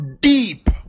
deep